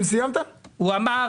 למה